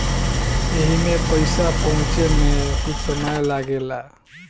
एईमे पईसा पहुचे मे कुछ समय लागेला